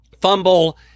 fumble